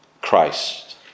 Christ